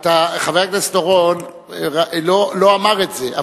חבר הכנסת אורון לא אמר את זה,